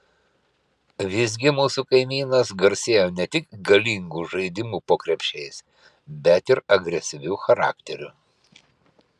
visgi mūsų kaimynas garsėjo ne tik galingu žaidimu po krepšiais bet ir agresyviu charakteriu